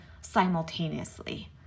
simultaneously